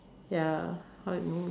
ya how it